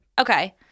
okay